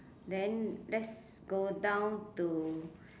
then let's go down to